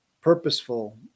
purposeful